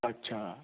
ਅੱਛਾ